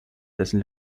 dessen